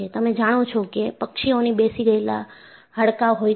તમે જાણો છો કે પક્ષીઓના બેસી ગયેલા હાડકાં હોય છે